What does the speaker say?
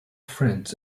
friends